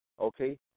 okay